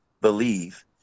Believe